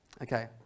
Okay